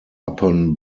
upon